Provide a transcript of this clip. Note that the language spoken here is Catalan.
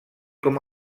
com